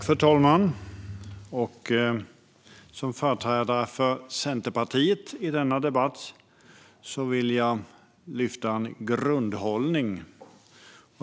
Fru talman! Som företrädare för Centerpartiet i denna debatt vill jag lyfta fram en grundhållning.